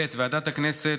ועדת העבודה והרווחה: